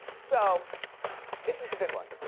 so this is the big one.